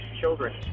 children